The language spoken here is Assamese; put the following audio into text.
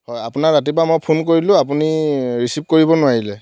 হয় আপোনাৰ ৰাতিপুৱা মই ফোন কৰিলোঁ আপুনি ৰিচিভ কৰিব নোৱাৰিলে